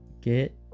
get